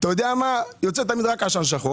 תמיד יוצא רק עשן שחור.